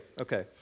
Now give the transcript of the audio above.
okay